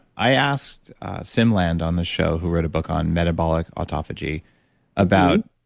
i asked siim land on the show who wrote a book on metabolic autophagy about.